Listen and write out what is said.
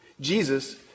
Jesus